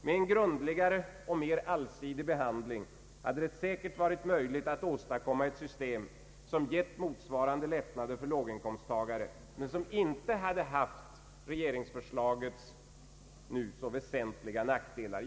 Med en grundligare och mer allsidig behandling hade det säkert varit möjligt att åstadkomma ett system som gett motsvarande lättnader för låginkomsttagare, men som inte hade haft regeringsförslagets nu så väsentliga nackdelar.